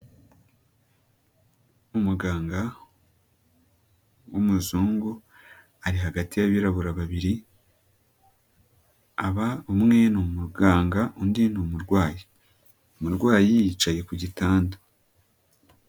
Umuganga w'umuzungu ari hagati y'abirabura babiri, aba umwe ni umuganga, undi ni umurwayi. Umurwayi yicaye ku gitanda.